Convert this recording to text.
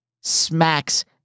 smacks